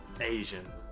Asian